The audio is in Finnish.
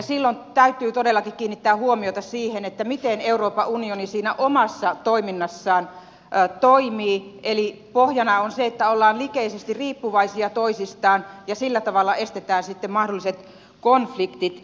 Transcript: silloin täytyy todellakin kiinnittää huomiota siihen miten euroopan unioni siinä omassa toiminnassaan toimii eli pohjana on se että ollaan likeisesti riippuvaisia toisistaan ja sillä tavalla estetään sitten mahdolliset konfliktit